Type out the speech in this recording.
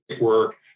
work